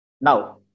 Now